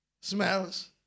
smells